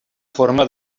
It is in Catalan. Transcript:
forma